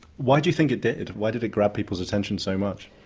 why did you think it did, why did it grab people's attention so much?